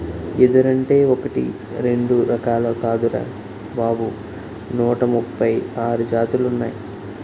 ఎదురంటే ఒకటీ రెండూ రకాలు కాదురా బాబూ నూట ముప్పై ఆరు జాతులున్నాయ్